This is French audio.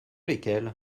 lesquels